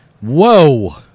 Whoa